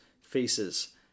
faces